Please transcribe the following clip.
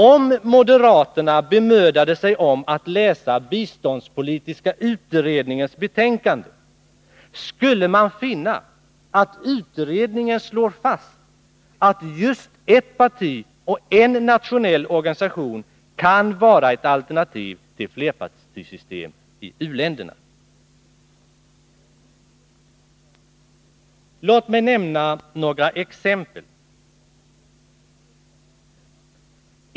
Om moderaterna bemödade sig om att läsa biståndspolitiska utredningens betänkande, skulle de finna att utredningen slår fast att just ert parti och en nationell organisation kan vara ett alternativ till flerpartisystem i u-länderna. Låt mig nämna några exempel.